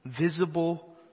visible